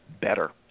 better